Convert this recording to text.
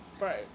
right